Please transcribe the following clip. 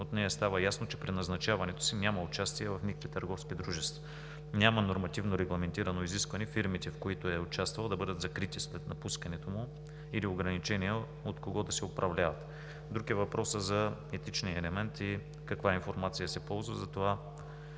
От нея става ясно, че при назначаването си няма участие в никакви търговски дружества. Няма нормативно регламентирано изискване фирмите, в които е участвал, да бъдат закрити след напускането му, или ограничения от кого да се управляват. Друг е въпросът за етичния елемент и каква информация се ползва, затова,